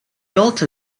built